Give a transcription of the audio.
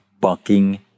bucking